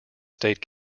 state